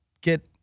get